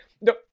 No